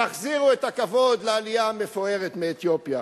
תחזירו את הכבוד לעלייה המפוארת מאתיופיה.